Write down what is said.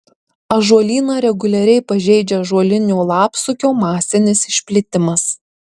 ąžuolyną reguliariai pažeidžia ąžuolinio lapsukio masinis išplitimas